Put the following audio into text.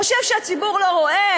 הוא חושב שהציבור לא רואה?